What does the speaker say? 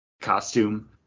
costume